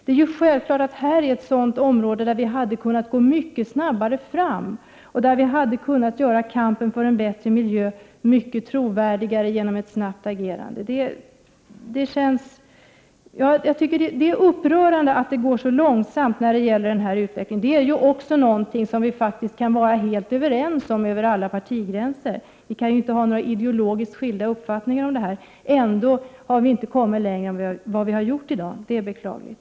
Det är självklart att detta är ett sådant område där vi hade kunnat gå mycket snabbare fram och där vi hade kunnat göra kampen för en bättre miljö mycket trovärdigare genom ett snabbt agerande. Det är upprörande att det går så långsamt när det gäller den här utvecklingen. Det är någonting som vi faktiskt kan vara helt överens om över alla partigränser. Vi kan ju inte ha några ideologiskt skilda uppfattningar om detta. Ändå har vi inte kommit längre än vad vi har gjort i dag. Det är beklagligt.